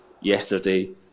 yesterday